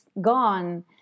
gone